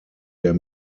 der